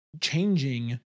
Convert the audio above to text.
changing